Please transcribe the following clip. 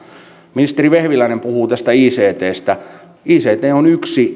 ministeri vehviläinen puhui tästä ictstä ict on yksi